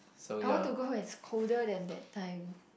I want to go when it's colder than that time